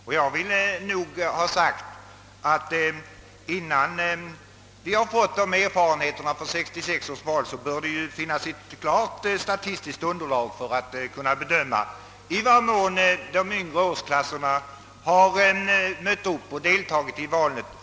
Innan vi har fått ta del av erfarenheterna från 1966 års val finns det inte ett klart statistiskt underlag för bedömning av i vad mån de yngre årsklasserna har mött upp och deltagit i valet.